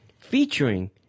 featuring